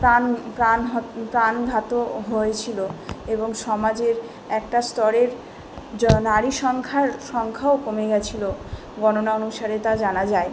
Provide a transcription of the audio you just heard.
প্রাণ গান হত প্রাণঘাত হয়েছিলো এবং সমাজের একটা স্তরের যা নারী সংখ্যার সংখ্যাও কমে গেছিলো গণনা অনুসারে তা জানা যায়